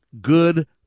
good